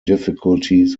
difficulties